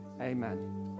Amen